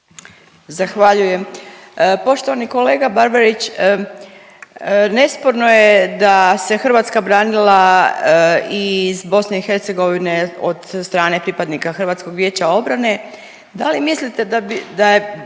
Zahvaljujem. Poštovani kolega Barbarić, nesporno je da se Hrvatska branila i iz BiH od strane pripadnika HVO-a. Da li mislite da bi,